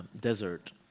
Desert